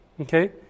Okay